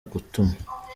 gutuma